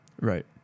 Right